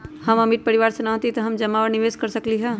हम अमीर परिवार से न हती त का हम जमा और निवेस कर सकली ह?